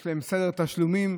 יש להם סדר תשלומים,